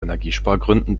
energiespargründen